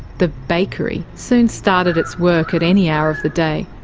the bakery soon started its work at any hour of the day.